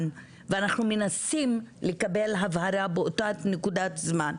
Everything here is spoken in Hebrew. ואנחנו מנסים לקבל הבהרה באותה נקודת זמן.